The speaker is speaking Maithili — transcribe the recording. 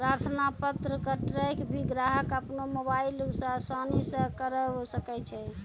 प्रार्थना पत्र क ट्रैक भी ग्राहक अपनो मोबाइल स आसानी स करअ सकै छै